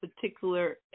particular